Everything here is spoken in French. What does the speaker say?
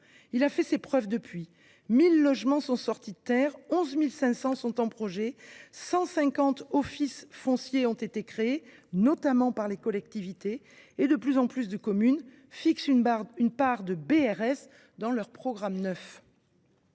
Il a fait ses preuves depuis : 1 000 logements sont sortis de terre, 11 500 sont en projet, 150 offices fonciers ont été créés, notamment par les collectivités, et de plus en plus de communes fixent une part de BRS dans leurs programmes neufs.